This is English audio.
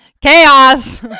chaos